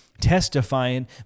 testifying